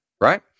right